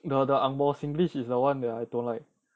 the angmoh singlish is the one that I don't like